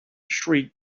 shriek